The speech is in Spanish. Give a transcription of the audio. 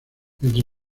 entre